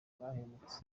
bahembutse